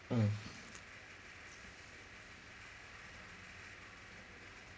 mm